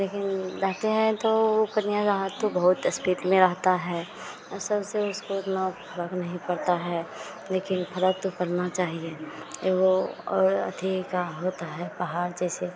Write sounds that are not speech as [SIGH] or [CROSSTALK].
लेकिन रहते हैं तो वह [UNINTELLIGIBLE] तो बहुत स्पीड में रहता है सबसे उसको इतना फर्क नहीं पड़ता है लेकिन फर्क तो पड़ना चाहिए वह और अथी का होता है पहाड़ जैसे